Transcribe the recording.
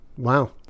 Wow